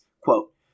Quote